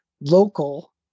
local